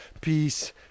peace